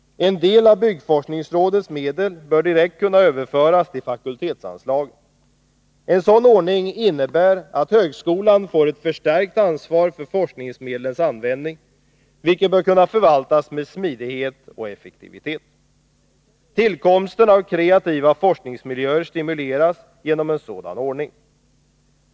En del av byggforskningsrådets medel bör direkt kunna överföras till fakultetsanslagen. En sådan ordning innebär att högskolan får ett förstärkt ansvar för forskningsmedlens användning, vilket bör kunna innebära att medlen förvaltas med smidighet och effektivitet. Tillkomsten av kreativa forskningsmiljöer stimuleras genom denna ordning.